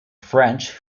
french